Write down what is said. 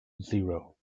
zero